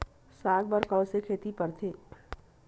साग बर कोन से खेती परथे?